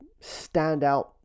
standout